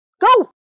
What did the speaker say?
Go